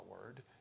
word